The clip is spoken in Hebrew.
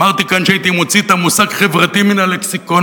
אמרתי כאן שהייתי מוציא את המושג "חברתי" מן הלקסיקון.